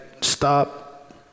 stop